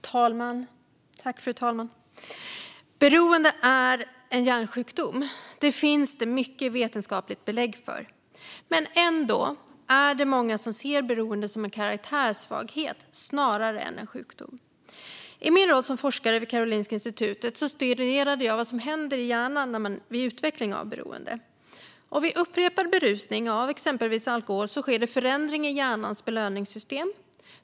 Fru talman! Beroende är en hjärnsjukdom. Det finns det mycket vetenskapligt belägg för. Men ändå är det många som ser beroende som en karaktärssvaghet snarare än en sjukdom. I min roll som forskare vid Karolinska institutet studerade jag vad som händer i hjärnan vid utveckling av beroende. Vid upprepad berusning av exempelvis alkohol sker det förändringar i hjärnans belöningssystem.